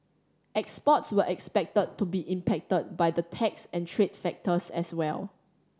exports were expected to be impacted by the tax and trade factors as well